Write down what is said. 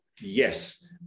Yes